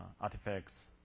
artifacts